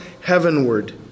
heavenward